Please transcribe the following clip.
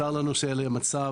צר לנו שזה המצב,